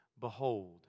Behold